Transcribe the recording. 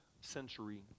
century